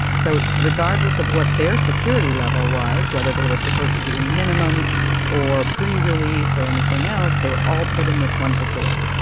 so regardless of what their security level was, whether they were supposed to be in minimum or pre-release or anything else, they were all put in this one facility.